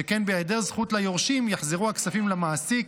שכן בהיעדר זכות ליורשים יחזרו הכספים למעסיק,